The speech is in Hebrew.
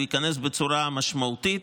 הוא ייקנס בצורה משמעותית,